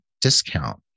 discount